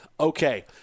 Okay